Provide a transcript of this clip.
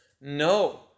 no